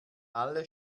alle